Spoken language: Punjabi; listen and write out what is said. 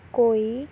ਕੋਈ